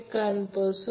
13° ampere मिळेल